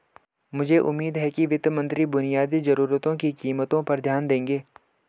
मुझे उम्मीद है कि वित्त मंत्री बुनियादी जरूरतों की कीमतों पर ध्यान देंगे